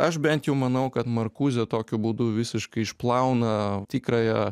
aš bent jau manau kad markuzė tokiu būdu visiškai išplauna tikrąją